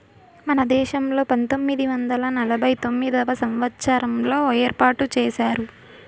మన దేశంలో పంతొమ్మిది వందల నలభై తొమ్మిదవ సంవచ్చారంలో ఏర్పాటు చేశారు